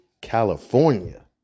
California